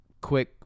quick